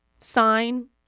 sign